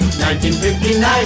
1959